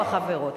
איפה החברות?